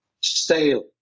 Stale